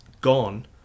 gone